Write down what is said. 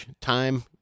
time